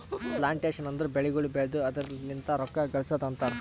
plantation ಅಂದುರ್ ಬೆಳಿಗೊಳ್ ಬೆಳ್ದು ಅದುರ್ ಲಿಂತ್ ರೊಕ್ಕ ಗಳಸದ್ ಅಂತರ್